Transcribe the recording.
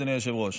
אדוני היושב-ראש,